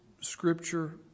scripture